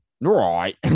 right